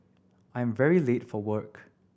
I'm very late for work